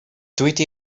rydw